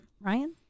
Ryan